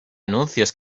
anuncios